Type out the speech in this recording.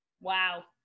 Wow